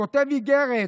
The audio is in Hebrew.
כותב איגרת,